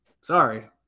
Sorry